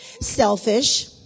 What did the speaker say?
selfish